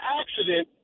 accident